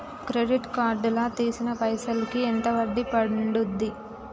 Credit card లా తీసిన పైసల్ కి ఎంత వడ్డీ పండుద్ధి?